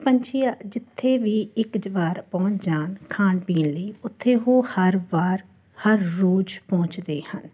ਪੰਛੀ ਆ ਜਿੱਥੇ ਵੀ ਇੱਕ ਜਵਾਰ ਪਹੁੰਚ ਜਾਣ ਖਾਣ ਪੀਣ ਲਈ ਉੱਥੇ ਉਹ ਹਰ ਵਾਰ ਹਰ ਰੋਜ਼ ਪਹੁੰਚਦੇ ਹਨ